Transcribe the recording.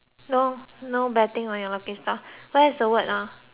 no betting on your lucky star where is the word ah